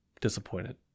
disappointed